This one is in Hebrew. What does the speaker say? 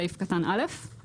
סעיף קטן (א).